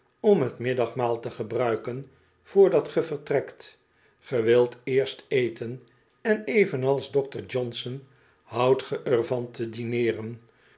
om t middagmaal te gebruiken vrdat ge vertrekt ge wilt eerst eten en evenals dokter johnson houdt ge er van te dineeren